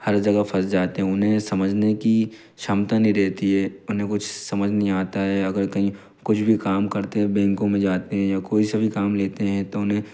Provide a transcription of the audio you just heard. हर जगह फँस जाते हैं उन्हें समझने की क्षमता नहीं रहती है उन्हें कुछ समझ नहीं आता है अगर कहीं कुछ भी काम करते हैं बैंको में जाते हैं या कोई सा भी काम लेते हैं तो उन्हें